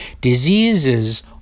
diseases